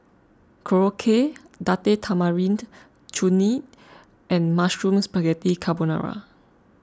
Korokke Date Tamarind Chutney and Mushroom Spaghetti Carbonara